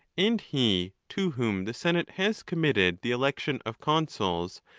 and he to whom the senate has committed the election of consuls,